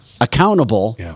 accountable